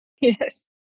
Yes